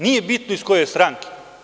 Nije bitno iz koje je stranke.